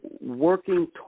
working